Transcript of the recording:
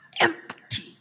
empty